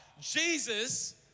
Jesus